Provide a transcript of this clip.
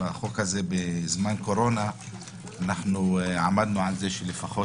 בחוק הזה בזמן קורונה אנחנו עמדנו על זה שלפחות